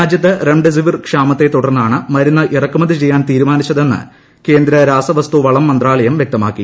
രാജ്യത്ത് റംഡെസിവിർ ക്ഷാമത്തെ തുർന്നാണ് മരുന്ന് ഇറക്കുമതി ചെയ്യാൻ തീരുമാനിച്ചതെന്ന് കേന്ദ്ര രാസ വസ്തു വള മന്ത്രാലയം വ്യക്തമാക്കി